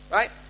Right